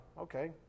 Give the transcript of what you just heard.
Okay